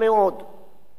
במשטר דמוקרטי.